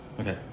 okay